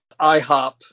IHOP